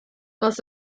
must